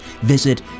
visit